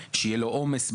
שיהיה לו עומס בעבודה,